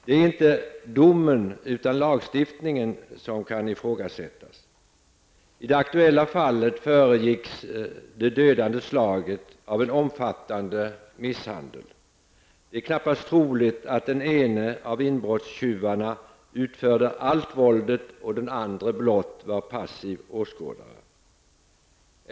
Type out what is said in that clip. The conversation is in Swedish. Det är inte domen utan lagstiftningen som kan ifrågasättas. I det aktuella fallet föregicks det dödande slaget av en omfattande misshandel. Det är knappast troligt att den ene av inbrottstjuvarna utförde allt våldet och den andre blott var passiv åskådare.